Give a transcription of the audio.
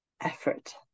effort